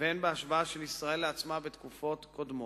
והן בהשוואה של ישראל לעצמה בתקופות קודמות.